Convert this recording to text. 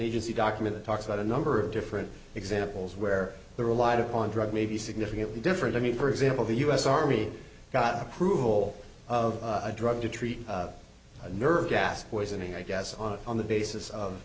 agency document that talks about a number of different examples where they relied upon drug maybe significantly different i mean for example the u s army got approval of a drug to treat nerve gas poisoning i guess on the basis of